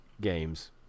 games